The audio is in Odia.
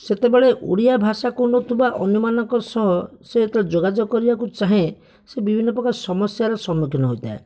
ସେତେବଳେ ଓଡ଼ିଆ ଭାଷା କହୁନଥିବା ଅନ୍ୟମାନଙ୍କ ସହ ସହିତ ଯୋଗାଯୋଗ କରିବାକୁ ଚାହେଁ ସେ ବିଭିନ୍ନ ପ୍ରକାର ସମସ୍ୟାର ସମ୍ମୁଖୀନ ହୋଇଥାଏ